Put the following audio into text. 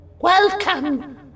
Welcome